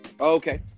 Okay